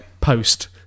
Post